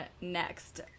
next